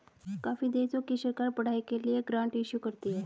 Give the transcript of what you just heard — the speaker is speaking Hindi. काफी देशों की सरकार पढ़ाई के लिए ग्रांट इशू करती है